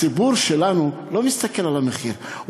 הציבור שלנו לא מסתכל על המחיר,